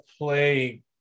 play